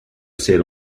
ser